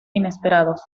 inesperados